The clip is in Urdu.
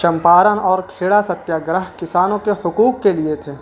چمپارن اور کھیڑا ستیا گراہ کسانوں کے حقوق کے لیے تھے